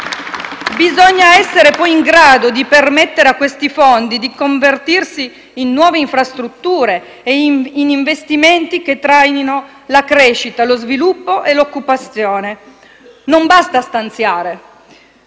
Bisogna essere poi in grado di permettere a questi fondi di convertirsi in nuove infrastrutture, in investimenti che trainino la crescita, lo sviluppo, l'occupazione! Non basta stanziare!